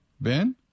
Ben